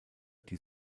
die